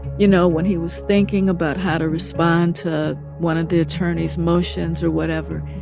you know, when he was thinking about how to respond to one of the attorneys' motions or whatever,